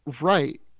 right